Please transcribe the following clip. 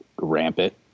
rampant